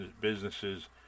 businesses